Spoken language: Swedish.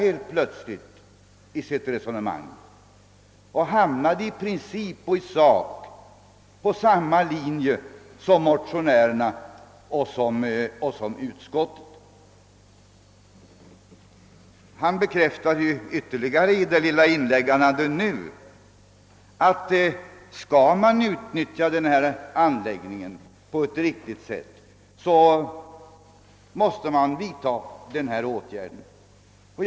Herr Eskilsson bytte då helt plötsligt sida och hamnade i princip och i sak på samma linje som vi motionärer och utskottsmajoriteten. Och i sitt senaste lilla inlägg bekräftade herr Eskilsson att om anläggningen skall kunna utnyttjas på ett riktigt sätt måste de föreslagna åtgärderna vidtagas.